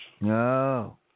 No